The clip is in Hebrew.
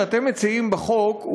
שאתם מציעים בחוק,